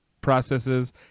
processes